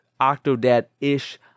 octodad-ish